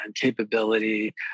capability